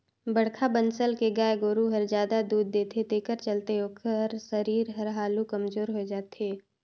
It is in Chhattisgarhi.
बड़खा बनसल के गाय गोरु हर जादा दूद देथे तेखर चलते ओखर सरीर हर हालु कमजोर होय जाथे